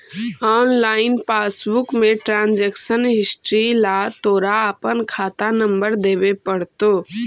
online passbook में transaction history ला तोरा अपना खाता नंबर देवे पडतो